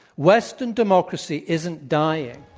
western democracy isn't dying.